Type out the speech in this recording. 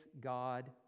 God